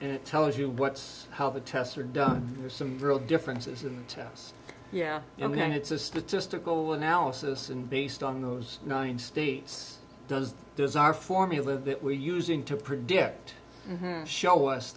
and it tells you what's how the tests are done are some real differences and yeah i mean it's a statistical analysis and based on those nine states does desire formulas that we're using to predict show us